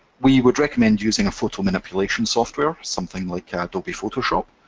we would recommend using photo manipulation software, something like adobe photoshop,